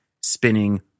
spinning